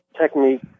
technique